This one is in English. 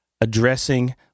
addressing